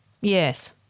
Yes